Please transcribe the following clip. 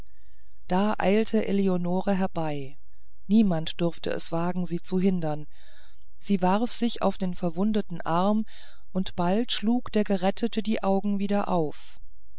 da eilte eleonore herbei niemand durfte es wagen sie zu hindern sie warf sich auf den verwundeten arm und bald schlug der gerettete die augen wieder auf